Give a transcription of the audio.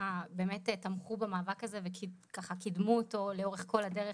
שככה באמת תמכו במאבק הזה וככה קידמו אותו לאורך כל הדרך.